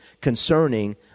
concerning